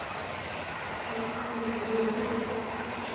ᱢᱤᱫᱴᱟᱹᱝ ᱵᱩᱨᱩ ᱨᱮ